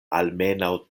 almenaŭ